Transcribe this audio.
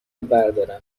بردارم